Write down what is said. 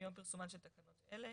מיום פרסומן של תקנות אלה.